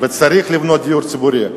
וצריך לבנות דיור ציבורי,